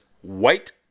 white